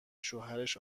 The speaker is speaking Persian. شوهرش